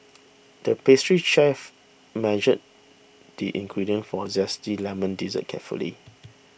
the pastry chef measured the ingredients for a Zesty Lemon Dessert carefully